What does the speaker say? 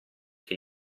che